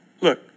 Look